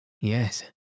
Yes